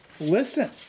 listen